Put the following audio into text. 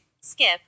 Skip